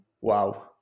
Wow